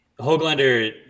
Hoglander